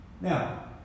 Now